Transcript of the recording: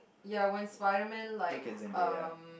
ya when Spiderman like um